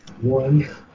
one